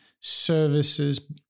services